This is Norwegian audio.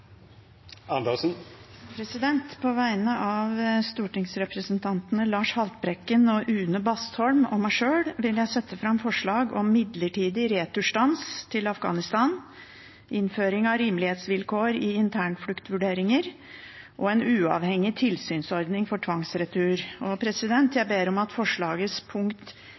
På vegne av stortingsrepresentantene Lars Haltbrekken, Une Bastholm og meg sjøl vil jeg sette fram et forslag om midlertidig returstans til Afghanistan, innføring av rimelighetsvilkår i internfluktvurderingen og en uavhengig tilsynsordning for tvangsretur. Jeg ber om at